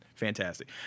Fantastic